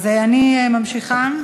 אני ממשיכה.